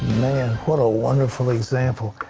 man, what a wonderful example.